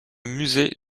musée